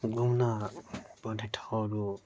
घुम्न पर्ने ठाउँहरू